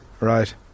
right